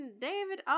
David